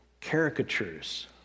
caricatures